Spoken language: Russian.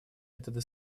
методы